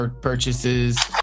purchases